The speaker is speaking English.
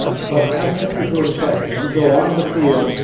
but but as mr. georgia tech, you go on to the field,